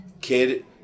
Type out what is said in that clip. Kid